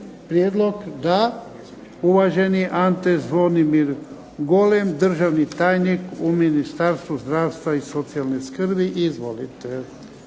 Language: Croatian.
prijedlog? Da. Uvaženi Ante Zvonimir Golem, državni tajnik u Ministarstvu zdravstva i socijalne skrbi. Izvolite.